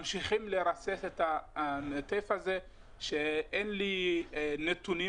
ממשיכים לרסס את הטף הזה שאין לי נתונים